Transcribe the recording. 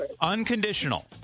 unconditional